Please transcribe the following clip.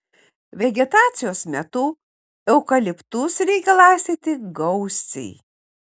vegetacijos metu eukaliptus reikia laistyti gausiai